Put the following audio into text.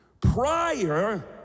prior